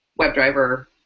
WebDriver